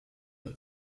vers